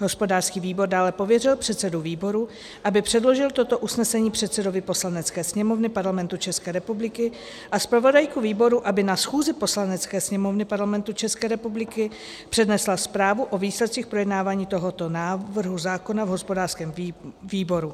Hospodářský výbor dále pověřil předsedu výboru, aby předložil toto usnesení předsedovi Poslanecké sněmovny Parlamentu České republiky, a zpravodajku výboru, aby na schůzi Poslanecké sněmovny Parlamentu České republiky přednesla zprávu o výsledcích projednávání tohoto návrhu zákona v hospodářském výboru.